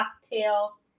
cocktail